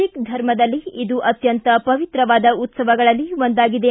ಸಿಖ್ ಧರ್ಮದಲ್ಲಿ ಇದು ಅತ್ತಂತ ಪವಿತ್ರವಾದ ಉತ್ಸವಗಳಲ್ಲಿ ಒಂದಾಗಿದೆ